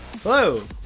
Hello